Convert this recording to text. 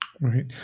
Right